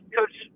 Coach